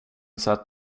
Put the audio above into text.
sett